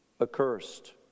accursed